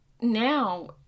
now